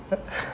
that's why